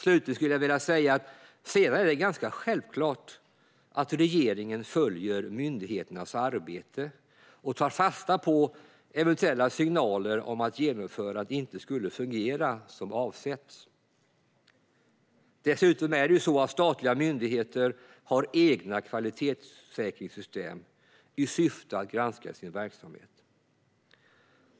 Slutligen är det ganska självklart att regeringen följer myndigheternas arbete och tar fasta på eventuella signaler om att genomförandet inte skulle fungera som avsett. Statliga myndigheter har dessutom egna kvalitetssäkringssystem i syfte att granska sin verksamhet.